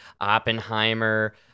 Oppenheimer